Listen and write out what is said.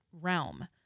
realm